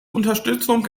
unterstützung